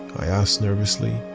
i asked nervously.